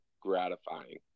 gratifying